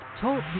Talk